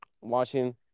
watching